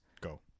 Go